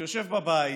שיושב בבית